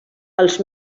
els